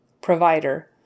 provider